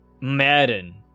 Madden